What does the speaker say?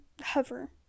hover